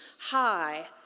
high